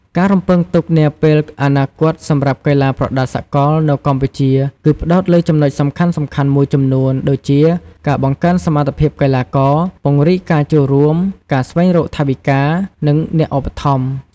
ការរំពឹងទុកនាពេលអនាគតសម្រាប់កីឡាប្រដាល់សកលនៅកម្ពុជាគឺផ្តោតលើចំណុចសំខាន់ៗមួយចំនួនដូចជា ការបង្កើនសមត្ថភាពកីឡាករ ពង្រីកការចូលរួម ការស្វែងរកថវិកា និងអ្នកឧបត្ថម្ភ។